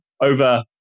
over